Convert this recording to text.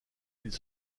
ils